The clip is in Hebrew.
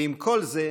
ועם כל זה,